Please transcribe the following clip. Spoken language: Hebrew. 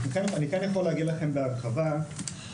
אני כן יכול להגיד לכם בהרחבה שהיה